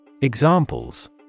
Examples